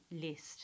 list